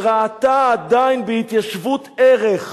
שראתה עדיין בהתיישבות ערך.